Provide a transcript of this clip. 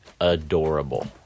adorable